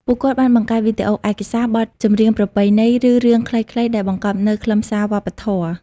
ពួកគាត់បានបង្កើតវីដេអូឯកសារ បទចម្រៀងប្រពៃណី ឬរឿងខ្លីៗដែលបង្កប់នូវខ្លឹមសារវប្បធម៌។